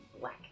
black